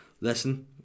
listen